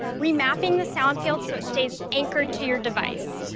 remapping the sound field so it stays anchored to your device,